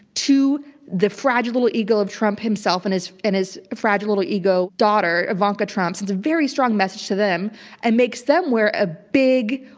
to the fragile little ego of trump himself and his and his fragile little ego daughter, ivanka trump. it sends a very strong message to them and makes them wear a big,